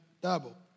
double